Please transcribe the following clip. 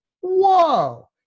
whoa